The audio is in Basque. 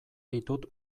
ditut